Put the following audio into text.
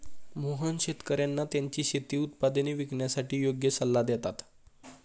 मोहन शेतकर्यांना त्यांची शेती उत्पादने विकण्यासाठी योग्य सल्ला देतात